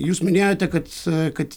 jūs minėjote kad kad